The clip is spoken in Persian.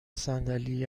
صندلی